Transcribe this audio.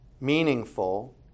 meaningful